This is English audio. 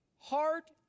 heart